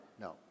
no